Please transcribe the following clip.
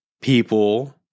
people